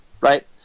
Right